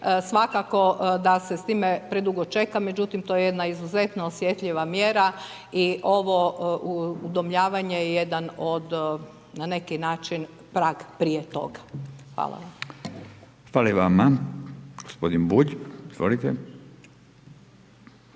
svakako da se s time predugo čeka, međutim to je jedna izuzetno osjetljiva mjera i ovo udomljavanje je jedan od, na neki način prag prije toga. Hvala vam. **Radin,